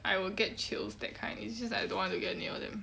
I will get chills that kind it's just like I don't want to get near them